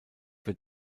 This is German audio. wird